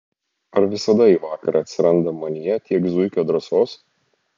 ar visada į vakarą atsiranda manyje tiek zuikio drąsos